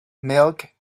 milk